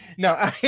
No